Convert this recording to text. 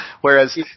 whereas